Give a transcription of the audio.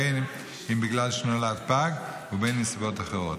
בין בגלל שנולד פג ובין בנסיבות אחרות.